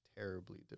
terribly